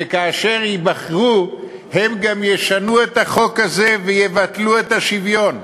וכאשר הם ייבחרו הם גם ישנו את החוק הזה ויבטלו את השוויון.